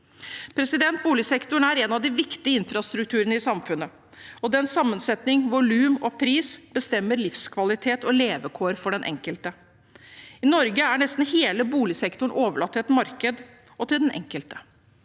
oppgave. Boligsektoren er en av de viktige infrastrukturene i samfunnet, og dens sammensetning, volum og pris bestemmer livskvalitet og levekår for den enkelte. I Norge er nesten hele boligsektoren overlatt til markedet og den enkelte.